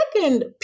second